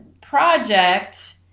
project